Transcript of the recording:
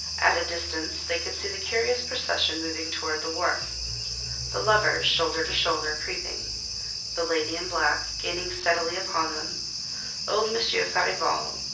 at a distance they could see the curious procession moving toward the wharf the lovers, shoulder to shoulder, creeping the lady in black, gaining steadily upon them old monsieur farival,